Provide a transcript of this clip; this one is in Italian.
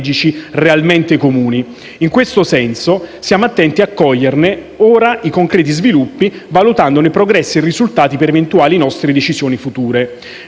realmente comuni. In questo senso siamo attenti a coglierne ora i concreti sviluppi, valutandone progressi e risultati per eventuali nostre decisioni future.